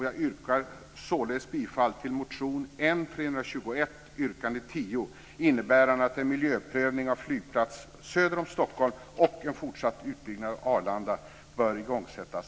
Jag yrkar således bifall till motion N321, yrkande 10, om att en miljöprövning av en flygplats söder om Stockholm och en fortsatt utbyggnad av Arlanda omgående bör igångsättas.